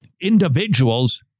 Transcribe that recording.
individuals